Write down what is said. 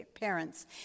parents